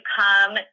come